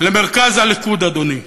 למרכז הליכוד, אדוני.